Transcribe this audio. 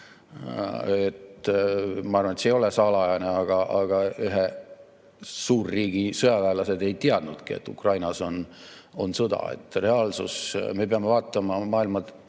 Ma arvan, et see ei ole salajane, aga ühe suurriigi sõjaväelased ei teadnudki, et Ukrainas on sõda. Reaalsus on selline. Me peame vaatama maailma